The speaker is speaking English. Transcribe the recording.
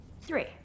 Three